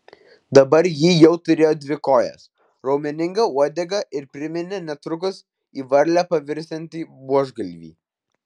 dabar ji jau turėjo dvi kojas raumeningą uodegą ir priminė netrukus į varlę pavirsiantį buožgalvį